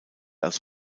als